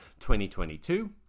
2022